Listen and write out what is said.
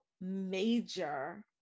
major